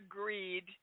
agreed